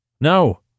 No